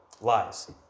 Lies